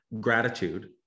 gratitude